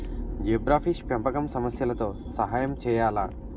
Zebrafish పెంపకం సమస్యలతో సహాయం చేయాలా?